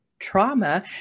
trauma